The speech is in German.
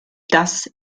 das